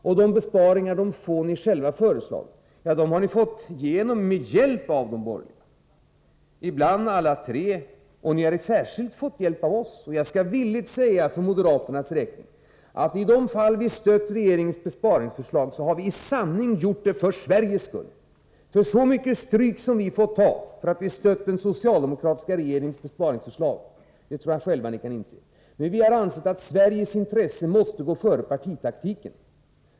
De få besparingar ni själva föreslagit har ni fått igenom med hjälp av de borgerliga — ibland alla tre borgerliga partier. Ni har fått särskilt mycket hjälp av oss. Jag skall villigt säga för moderaternas räkning, att i de fall vi stött regeringens besparingsförslag, har vi i sanning gjort det för Sveriges skull, för jag tror att ni själva kan inse hur mycket stryk som vi har fått ta emot för att vi stött den socialdemokratiska regeringens besparingsförslag. Men vi har ansett att Sveriges intressen måste gå före partitaktiken.